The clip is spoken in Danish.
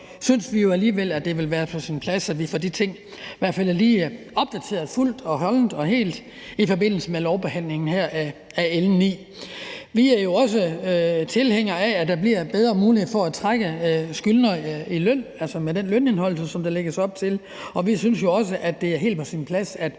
synes vi alligevel, at det vil være på sin plads, at vi i hvert fald lige får de ting opdateret fuldt og helt i forbindelse med lovbehandlingen af L 9 her. Vi er jo også tilhængere af, at der bliver bedre mulighed for at trække skyldnere i løn, altså med den lønindeholdelse, som der lægges op til, og vi synes også, det er helt på sin plads, at